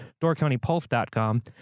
doorcountypulse.com